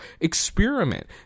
Experiment